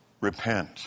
Repent